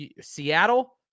Seattle